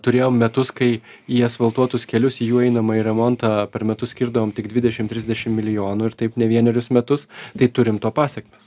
turėjom metus kai į asfaltuotus kelius į jų einamąjį remontą per metus skirdavom tik dvidešim trisdešim milijonų ir taip ne vienerius metus tai turim to pasekmes